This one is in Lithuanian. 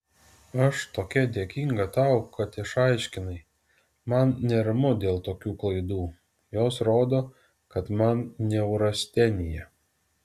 aš tokia dėkinga tau kad išaiškinai man neramu dėl tokių klaidų jos rodo kad man neurastenija